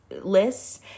lists